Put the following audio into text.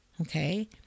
Okay